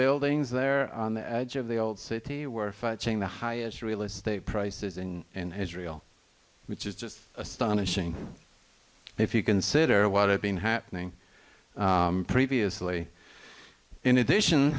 buildings there on the edge of the old city were the highest real estate prices in israel which is just astonishing if you consider what has been happening previously in addition